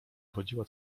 chodziła